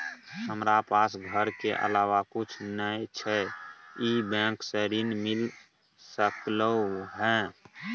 हमरा पास घर के अलावा कुछ नय छै ई बैंक स ऋण मिल सकलउ हैं?